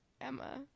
Emma